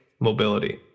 mobility